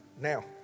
Now